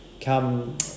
come